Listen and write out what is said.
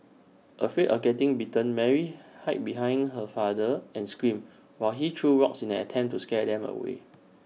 afraid of getting bitten Mary hid behind her father and screamed while he threw rocks in an attempt to scare them away